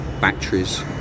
batteries